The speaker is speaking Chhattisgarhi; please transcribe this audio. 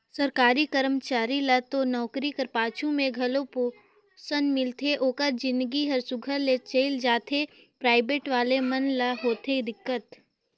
सरकारी करमचारी ल तो नउकरी कर पाछू में घलो पेंसन मिलथे ओकर जिनगी हर सुग्घर ले चइल जाथे पराइबेट वाले मन ल होथे दिक्कत